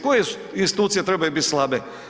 Koje institucije trebaju biti slabe?